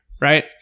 right